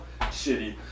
shitty